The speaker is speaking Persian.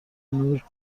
نور